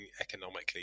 economically